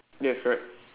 yes correct